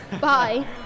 bye